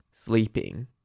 Sleeping